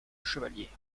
chevalier